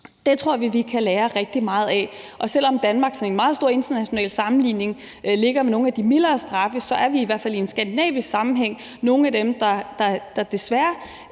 Det tror vi vi kan lære rigtig meget af, og selv om Danmark i en meget stor international sammenligning har nogle af de mildere straffe, er vi i hvert fald i en skandinavisk sammenhæng nogle af dem, der desværre